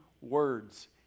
words